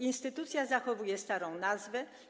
Instytucja zachowuje starą nazwę.